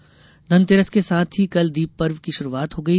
दीप पर्व धनतेरस के साथ ही कल दीप पर्व की शुरूआत हो गयी